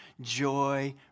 joy